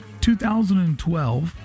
2012